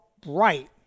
bright